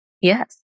Yes